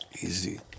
Easy